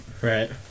Right